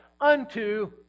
Unto